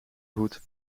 hoed